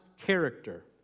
character